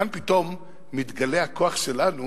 כאן פתאום מתגלה הכוח שלנו